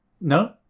no